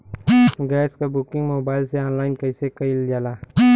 Gas क booking mobile से online कईसे कईल जाला?